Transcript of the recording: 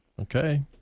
Okay